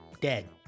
Dead